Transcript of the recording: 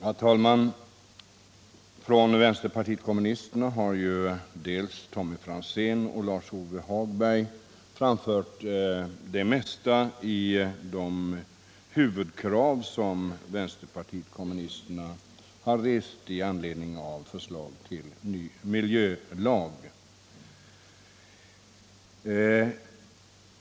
Herr talman! Från vänsterpartiet kommunisternas sida har dels Tommy Franzén, dels Lars-Ove Hagberg framfört det mesta vad gäller de huvudkrav som vänsterpartiet kommunisterna har rest i anledning av förslaget till arbetsmiljölag.